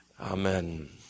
Amen